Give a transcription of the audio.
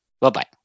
Bye-bye